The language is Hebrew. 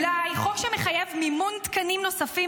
אולי חוק שמחייב מימון תקנים נוספים